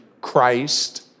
Christ